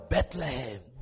Bethlehem